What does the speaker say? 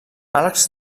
arcs